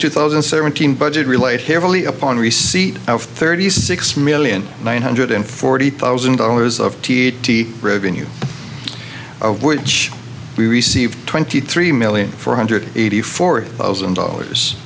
two thousand and seventeen budget relate heavily upon receipt of thirty six million nine hundred forty thousand dollars of t t revenue of which we received twenty three million four hundred eighty four thousand dollars